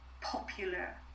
popular